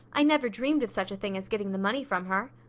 i never dreamed of such a thing as getting the money from her.